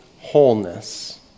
wholeness